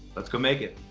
let's go make it!